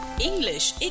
English